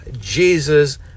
jesus